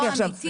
שנייה עכשיו,